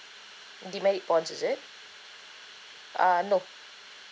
demerit point is it uh no